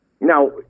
Now